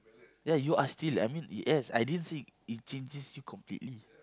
ya you are still I mean it yes I didn't say it changes you completely